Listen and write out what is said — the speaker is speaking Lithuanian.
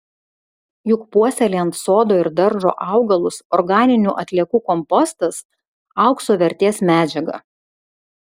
juk puoselėjant sodo ir daržo augalus organinių atliekų kompostas aukso vertės medžiaga